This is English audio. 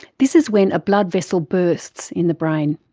this is when a blood vessel bursts in the brain.